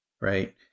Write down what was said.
Right